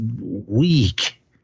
weak